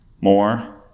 more